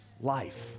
life